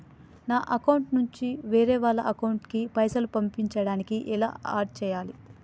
నా అకౌంట్ నుంచి వేరే వాళ్ల అకౌంట్ కి పైసలు పంపించడానికి ఎలా ఆడ్ చేయాలి?